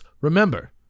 remember